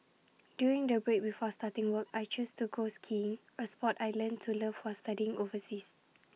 during the break before starting work I chose to go skiing A Sport I learnt to love while studying overseas